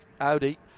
Audi